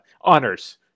honors